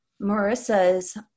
Marissa's